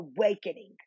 awakening